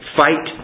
fight